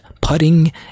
putting